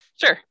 Sure